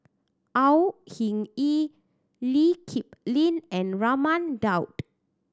Au Hing Yee Lee Kip Lin and Raman Daud